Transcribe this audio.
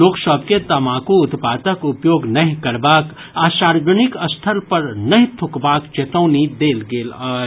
लोक सभ के तमाकू उत्पादक उपभोग नहि करबाक आ सार्वजनिक स्थल पर नहि थूकबाक चेतौनी देल गेल अछि